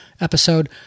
episode